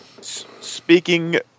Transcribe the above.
Speaking